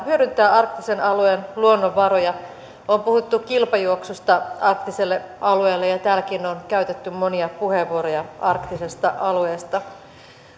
hyödyntää arktisen alueen luonnonvaroja on puhuttu kilpajuoksusta arktiselle alueelle ja täälläkin on käytetty monia puheenvuoroja arktisesta alueesta